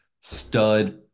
stud